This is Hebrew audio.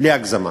בלי הגזמה.